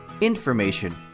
information